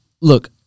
look